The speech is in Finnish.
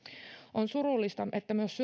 on surullista että myös